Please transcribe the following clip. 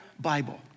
Bible